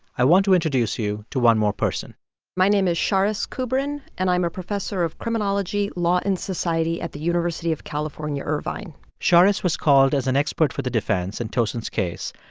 i want to introduce you to one more person my name is charis kubrin and i'm a professor of criminology, law and society at the university of california irvine charis was called as an expert for the defense in and tosin's case,